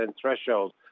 threshold